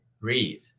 breathe